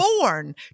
born